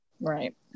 Right